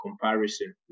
comparison